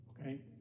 okay